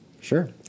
Sure